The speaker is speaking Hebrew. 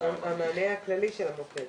המענה הכללי של המוקד.